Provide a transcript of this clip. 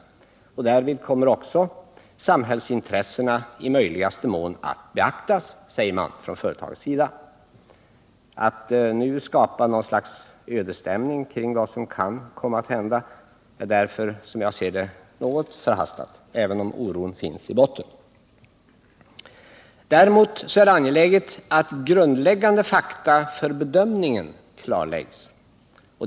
Därvid kommer samhällsintressena i möjligaste mån att beaktas, säger man från företagets sida. Att nu skapa något slags ödesstämning kring vad som kan komma att hända är därför något förhastat, även om oron finns i botten. Däremot är det angeläget att grundläggande fakta för bedömningen Nr 31 klarläggs.